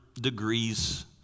degrees